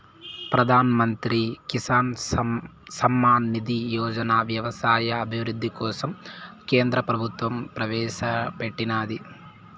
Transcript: ప్రధాన్ మంత్రి కిసాన్ సమ్మాన్ నిధి యోజనని వ్యవసాయ అభివృద్ధి కోసం కేంద్ర ప్రభుత్వం ప్రవేశాపెట్టినాది